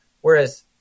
whereas